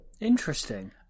Interesting